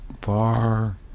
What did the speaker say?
far